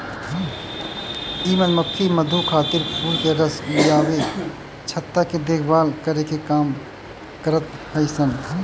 इ मधुमक्खी मधु खातिर फूल के रस लियावे, छत्ता के देखभाल करे के काम करत हई सन